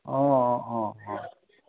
অঁ অঁ অঁ অঁ